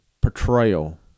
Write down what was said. portrayal